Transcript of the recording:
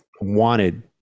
wanted